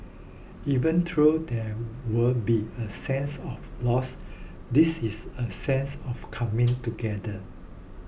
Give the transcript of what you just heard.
even though there will be a sense of loss this is a sense of coming together